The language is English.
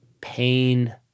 pain